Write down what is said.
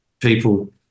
people